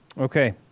Okay